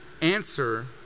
answer